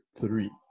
three